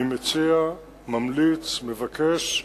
אני מציע, ממליץ, מבקש,